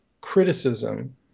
criticism